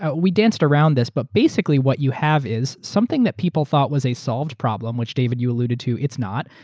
ah we danced around this, but basically what you have is something that people thought was a solved problem, which david, you alluded to is not.